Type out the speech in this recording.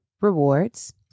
rewards